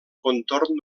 contorn